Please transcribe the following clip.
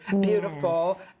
beautiful